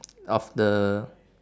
of the